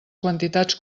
quantitats